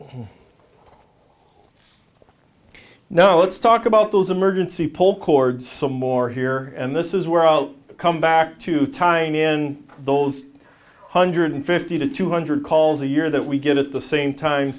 now let's talk about those emergency pull cord some more here and this is where i'll come back to tying in those two hundred fifty to two hundred calls a year that we get at the same time